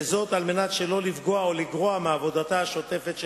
כדי שלא לפגוע או לגרוע מעבודתה השוטפת.